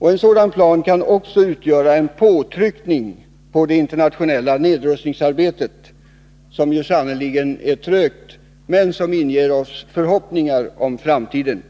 En sådan plan kan också utgöra en påtryckning på det internationella nedrustningsarbetet, som ju sannerligen går trögt men som inger oss förhoppningar om framtiden.